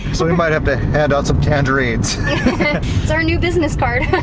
so we might have to hand out some tangerines. it's our new business card